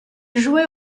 jouait